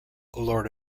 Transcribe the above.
lord